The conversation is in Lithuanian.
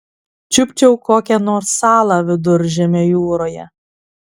čiupčiau kokią nors salą viduržemio jūroje